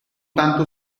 tanto